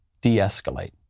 de-escalate